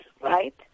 right